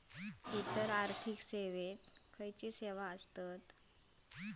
इतर आर्थिक सेवेत कसले सेवा आसत?